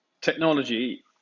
technology